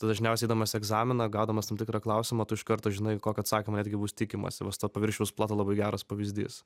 tu dažniausiai eidamas į egzaminą gaudamas tam tikrą klausimą tu iš karto žinai kokio atsakymo netgi bus tikimasi va su tuo paviršiaus plotu labai geras pavyzdys